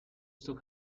still